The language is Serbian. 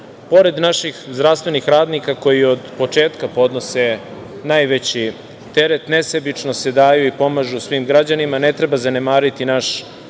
Pored naših zdravstvenih radnika koji od početka podnose najveći teret, nesebično se daju i pomažu svim građanima, ne treba zanemariti naš